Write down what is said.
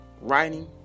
writing